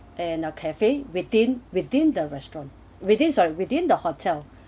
and a cafe within within the restaurant within sorry within the hotel